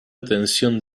atención